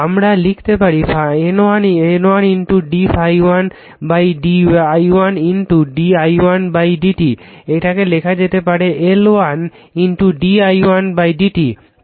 আমরা লিখতে পারি N 1 d ∅1 d i1 d i1 dt এটাকে লেখা যেতে পারে L1 d i1 dt